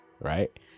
right